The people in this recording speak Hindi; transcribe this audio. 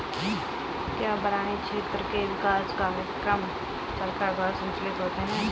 क्या बरानी क्षेत्र के विकास कार्यक्रम सरकार द्वारा संचालित होते हैं?